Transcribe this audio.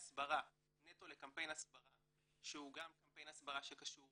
נטו לקמפיין הסברה שהוא גם קמפיין הסברה שקשור